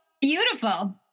beautiful